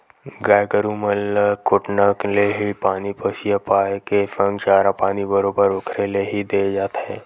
गाय गरु मन ल कोटना ले ही पानी पसिया पायए के संग चारा पानी बरोबर ओखरे ले ही देय जाथे